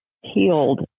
healed